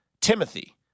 Timothy